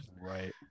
right